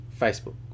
Facebook